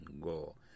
Go